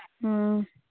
ꯑꯥ